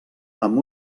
amb